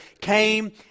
came